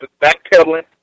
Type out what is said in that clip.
backpedaling